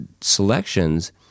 selections